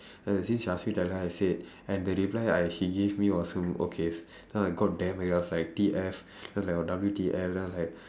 then I say she ask me tell her I said and the reply I she give me was hmm okay then I got damn angry I was like T_F then I was like oh W_T_F then I like